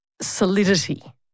solidity